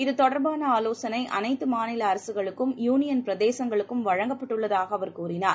இது தொடர்பாள ஆலோசனை அளைத்து மாநில அரசுகளுக்கும் யூளியள் பிரதேசங்களுக்கும் வழங்கப்பட்டுள்ளதாக அவர் கூறினார்